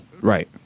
Right